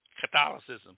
Catholicism